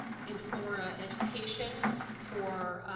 in florida education for,